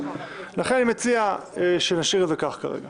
לכן אני מציע שנשאיר את זה כך כרגע.